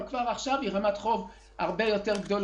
אבל אני חושב שרמת החוב היא כבר עכשיו רמת חוב הרבה יותר גדולה.